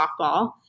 softball